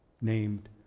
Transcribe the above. named